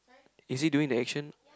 is he during the action